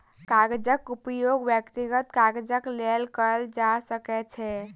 कागजक उपयोग व्यक्तिगत काजक लेल कयल जा सकै छै